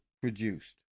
produced